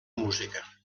música